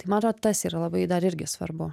tai man atrodo tas yra labai dar irgi svarbu